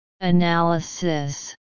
Analysis